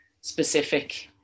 specific